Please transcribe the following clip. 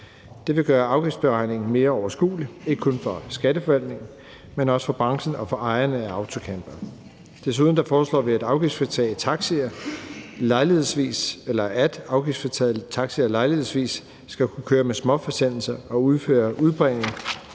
Det vil gøre afgiftsberegningen mere overskuelig, ikke kun for Skatteforvaltningen, men også for branchen og for ejerne af autocampere. Desuden foreslår vi, at afgiftsfritagne taxierlejlighedsvis skal kunne køre med små forsendelser og udføre udbringning